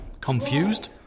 Confused